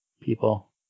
people